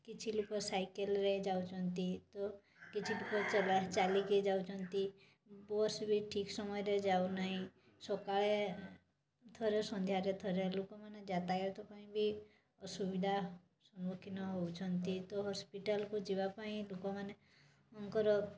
କିଛି ଲୋକ ସାଇକେଲ୍ରେ ଯାଉଛନ୍ତି ତ କିଛି ଲୋକ ଚାଲିକି ଯାଉଛନ୍ତି ବସ୍ ବି ଠିକ୍ ସମୟରେ ଯାଉନାହିଁ ସକାଳେ ଥରେ ସନ୍ଧ୍ୟାରେ ଥରେ ଲୋକମାନେ ଯାତାୟାତ ପାଇଁ ବି ଅସୁବିଧା ସମ୍ମୁଖୀନ ହେଉଛନ୍ତି ତ ହସ୍ପିଟାଲ୍କୁ ଯିବା ପାଇଁ ଲୋକମାନଙ୍କର